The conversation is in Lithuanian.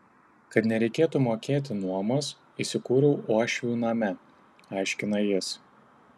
kad nereikėtų mokėti nuomos įsikūriau uošvių name aiškina jis